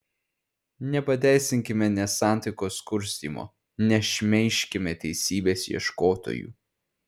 nepateisinkime nesantaikos kurstymo nešmeižkime teisybės ieškotojų